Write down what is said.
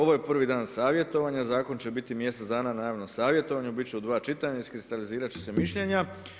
Ovo je prvi dan savjetovanja zakon će biti mjesec dana na javnom savjetovanju, bit će u dva čitanja, iskristalizirat će se mišljenja.